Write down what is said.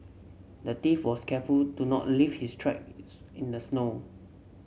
the thief was careful to not leave his tracks in the snow